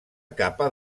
capa